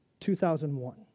2001